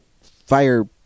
fire